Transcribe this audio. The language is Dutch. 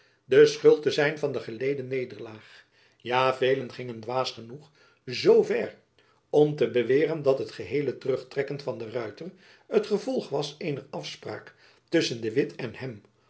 de schuld te zijn van de geledenneêrlaag ja velen gingen dwaas genoeg zoo ver om te beweeren dat het geheele terug trekken van de ruyter het gevolg was eener afspraak tusschen de witt en hem